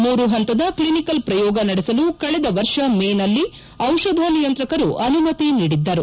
ಮೂರು ಪಂತದ ಕ್ಲಿನಿಕಲ್ ಪ್ರಯೋಗ ನಡೆಸಲು ಕಳೆದ ವರ್ಷ ಮೇನಲ್ಲಿ ಔಷಧ ನಿಯಂತ್ರಕರು ಅನುಮತಿ ನೀಡಿದ್ದರು